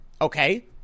Okay